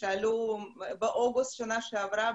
שעלו באוגוסט שנה שעברה,